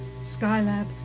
Skylab